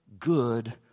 Good